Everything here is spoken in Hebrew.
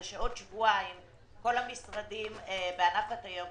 זה שעוד שבועיים כל המשרדים בענף התיירות,